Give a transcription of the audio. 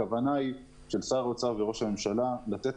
הכוונה של שר האוצר וראש הממשלה היא לתת